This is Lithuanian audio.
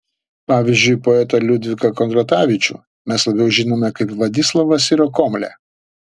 pavyzdžiui poetą liudviką kondratavičių mes labiau žinome kaip vladislavą sirokomlę